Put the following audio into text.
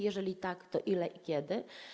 Jeżeli tak, to o ile i kiedy?